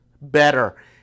better